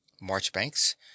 marchbanks